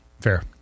Fair